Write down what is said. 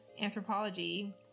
anthropology